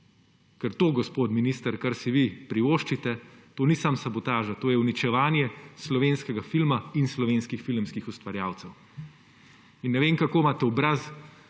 To, gospod minister, kar si vi privoščite, to ni samo sabotaža, to je uničevanje slovenskega filma in slovenskih filmskih ustvarjalcev. In ne vem, kako imate obraz,